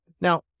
Now